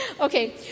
Okay